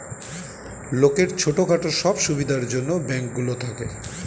লোকের ছোট খাটো সব সুবিধার জন্যে ব্যাঙ্ক গুলো থাকে